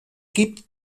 gibt